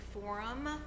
forum